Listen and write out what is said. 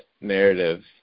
narratives